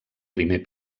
primer